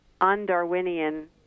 un-Darwinian